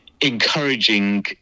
encouraging